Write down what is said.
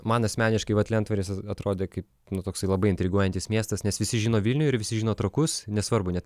man asmeniškai vat lentvaris at atrodė kaip nu toksai labai intriguojantis miestas nes visi žino vilnių ir visi žino trakus nesvarbu net